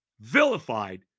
vilified